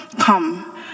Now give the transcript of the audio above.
come